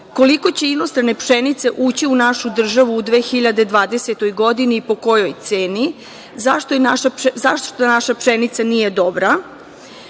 Koliko će inostrane pšenice ući u našu državu u 2020. godini i po kojoj ceni? Zašto naša pšenica nije dobra?